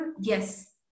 Yes